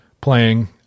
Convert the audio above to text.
playing